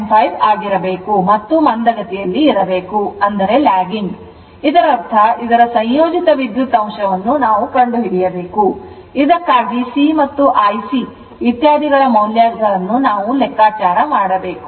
95 ಆಗಿರಬೇಕು ಮತ್ತು ಮಂದಗತಿಯಲ್ಲಿರಬೇಕು ಇದರರ್ಥ ಇದರ ಸಂಯೋಜಿತ ವಿದ್ಯುತ್ ಅಂಶವನ್ನು ನಾವು ಕಂಡುಹಿಡಿಯಬೇಕು ಇದಕ್ಕಾಗಿ C ಮತ್ತು IC ಇತ್ಯಾದಿಗಳ ಮೌಲ್ಯ ಗಳನ್ನು ಲೆಕ್ಕಾಚಾರ ಮಾಡಬೇಕು